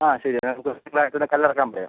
ആ ശരി എന്നാൽ തിങ്കളാഴ്ച തന്നെ കല്ലിറക്കാൻ പറയാം